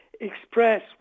express